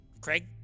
Craig